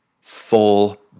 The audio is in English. Full